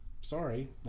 sorry